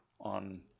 on